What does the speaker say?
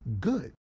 good